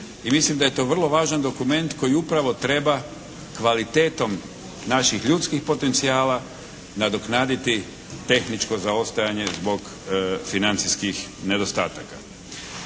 mislim da je to vrlo važan dokument koji upravo treba kvalitetom naših ljudskih potencijala nadoknaditi tehničko zaostajanje zbog financijskih nedostataka.